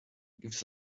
gives